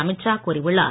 அமித்ஷா கூறியுள்ளார்